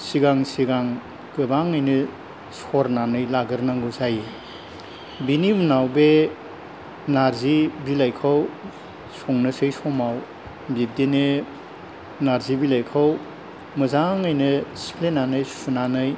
सिगां सिगां गोबाङैनो सरनानै लागोरनांगौ जायो बेनि उनाव बे नारजि बिलाइखौ संनोसै समाव बिब्दिनो नारजि बिलाइखौ मोजाङैनो सिफ्लेनानै सुनानै